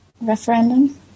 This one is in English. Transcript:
referendum